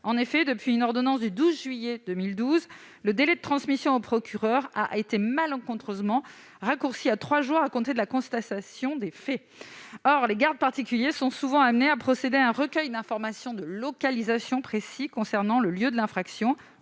En effet, depuis une ordonnance du 12 juillet 2012, le délai de transmission au procureur a été malencontreusement raccourci à trois jours à compter de la constatation des faits. Or les gardes particuliers sont souvent amenés à procéder à un recueil d'informations de localisation précis concernant le lieu de l'infraction